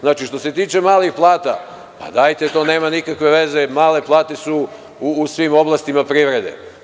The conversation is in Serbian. Znači, što se tiče malih plata, dajte, to nema nikakve veze, male plate su u svim oblastima privrede.